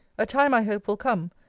a time, i hope, will come,